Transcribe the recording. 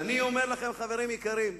אני אומר לכם, חברים יקרים,